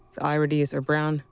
irides are brown,